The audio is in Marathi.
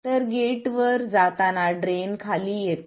तर गेट वर जाताना ड्रेन खाली येते